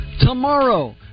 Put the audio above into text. tomorrow